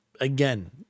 again